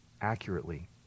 accurately